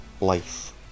life